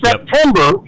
September